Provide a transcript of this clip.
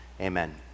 amen